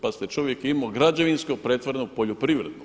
Pazite čovjek je imao građevinsko pretvoreno u poljoprivredno.